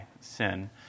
sin